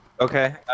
Okay